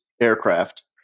aircraft